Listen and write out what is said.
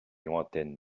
lointaine